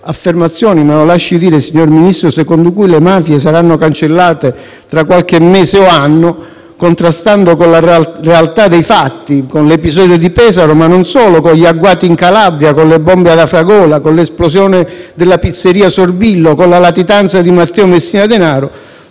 affermazioni secondo le quali le mafie saranno cancellate tra qualche mese o qualche anno, contrastano con la realtà dei fatti, con l'episodio di Pesaro, ma non solo, anche con gli agguati in Calabria, con le bombe ad Afragola, con l'esplosione della pizzeria Sorbillo e con la latitanza di Matteo Messina Denaro,